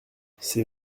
c’est